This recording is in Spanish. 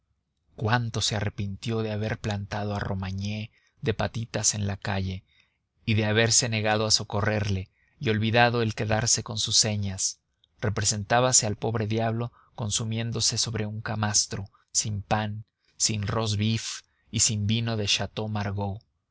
cuánto se arrepintió de haber plantado a romagné de patitas a la calle y de haberse negado a socorrerle y olvidado el quedarse con sus señas representábase al pobre diablo consumiéndose sobre un camastro sin pan sin rosbif y sin vino de